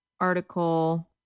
article